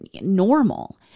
normal